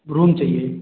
room चाहिए